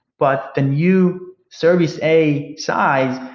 but the new service a size,